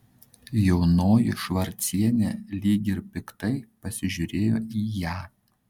jaunoji švarcienė lyg ir piktai pasižiūrėjo į ją